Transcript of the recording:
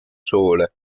sole